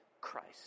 Christ